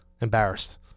Embarrassed